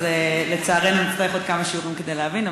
אז לצערנו נצטרך עוד כמה שיעורים כדי להבין.